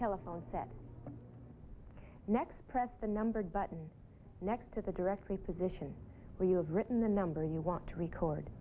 telephone that next press the number button next to the directory position where you have written the number you want to record